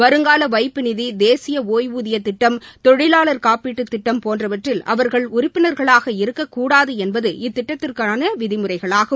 வருங்கால வைப்பு நிதி தேசிய ஒய்வூதியத்திட்டம் தொழிலாளர் காப்பீட்டுத் திட்டம் போன்றவற்றில் அவர்கள் உறுப்பினர்களாக இருக்கக் கூடாது என்பது இத்திட்டத்திற்கான விதிமுறைகளாகும்